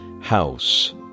house